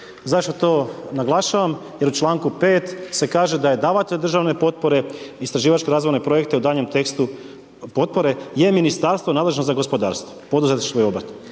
Zašto to naglašavam? Jer u članku 5. se kaže da je davatelj državne potpore istraživačke razvojne projekte u daljem tekstu potpore je ministarstvo nadležno za gospodarstvo, poduzetništvo i obrt.